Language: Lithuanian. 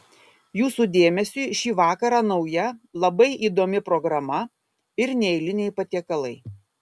jūsų dėmesiui šį vakarą nauja labai įdomi programa ir neeiliniai patiekalai